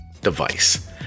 device